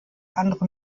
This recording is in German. andere